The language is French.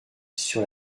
sur